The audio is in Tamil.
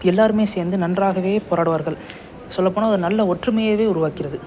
எல்லோருமே சேர்ந்து நன்றாக போராடுவார்கள் சொல்லப்போனால் ஒரு நல்ல ஒற்றுமைய உருவாக்குகிறது